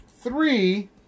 three